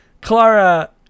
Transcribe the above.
Clara